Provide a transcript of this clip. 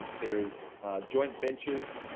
there's joint ventures,